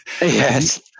Yes